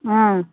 ஆ